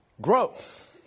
Growth